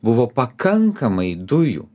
buvo pakankamai dujų